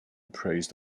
praise